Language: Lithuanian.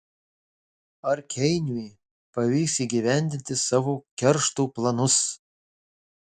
ar keiniui pavyks įgyvendinti savo keršto planus